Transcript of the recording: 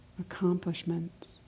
accomplishments